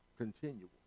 Continual